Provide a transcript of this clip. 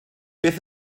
beth